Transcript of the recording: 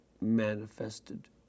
manifested